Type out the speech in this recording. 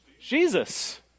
Jesus